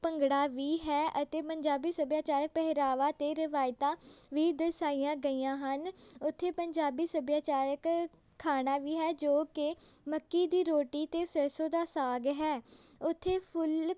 ਭੰਗੜਾ ਵੀ ਹੈ ਅਤੇ ਪੰਜਾਬੀ ਸੱਭਿਆਚਾਰਕ ਪਹਿਰਾਵਾ ਅਤੇ ਰਿਵਾਇਤਾਂ ਵੀ ਦਰਸਾਈਆਂ ਗਈਆਂ ਹਨ ਉੱਥੇ ਪੰਜਾਬੀ ਸੱਭਿਆਚਾਰਕ ਖਾਣਾ ਵੀ ਹੈ ਜੋ ਕਿ ਮੱਕੀ ਦੀ ਰੋਟੀ ਅਤੇ ਸਰਸੋਂ ਦਾ ਸਾਗ ਹੈ ਉੱਥੇ ਫੁੱਲ